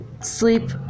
sleep